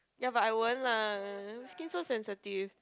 ya but I won't lah skin so sensitive